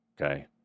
okay